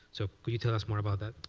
so can you tell us more about that?